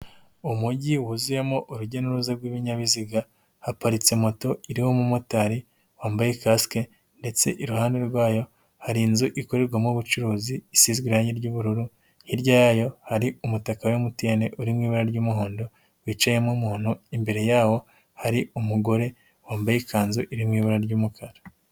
Umujyi wuzuyemo urujya n'uruza rw'ibinyabiziga haparitse moto, iriho umu motari wambaye kasike ndetse iruhande rwayo hari inzu ikorerwamo ubucuruzi, isize irangi ry'ubururu. Hirya yayo hari umutaka wa MTN uri mu ibara ry'umuhondo wicayemo umuntu. Imbere yawo hari umugore wambaye ikanzu iri mu ibara ry'umukara.